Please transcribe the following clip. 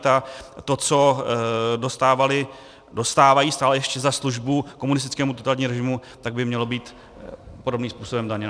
A to, co dostávali, dostávají stále ještě za službu komunistickému režimu, tak by mělo být podobným způsobem daněno.